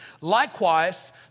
Likewise